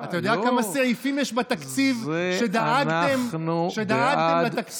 אתה יודע כמה סעיפים יש בתקציב שדאגתם לתקציב,